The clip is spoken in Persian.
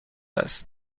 است